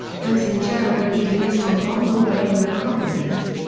those in jail would be released on bond or their own recognizance.